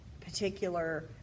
particular